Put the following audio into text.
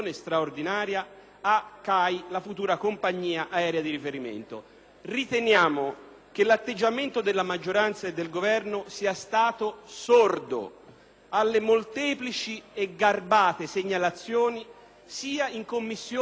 a CAI, la futura compagnia aerea di riferimento, riteniamo che l’atteggiamento della maggioranza e del Governo sia stato sordo alle molteplici e garbate segnalazioni sia in Commissione che in Aula,